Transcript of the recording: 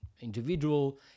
individual